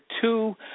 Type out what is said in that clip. two